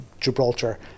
Gibraltar